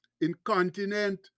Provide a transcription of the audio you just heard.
Incontinent